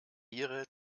ihre